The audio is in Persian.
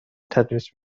تدریس